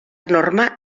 norma